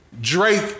Drake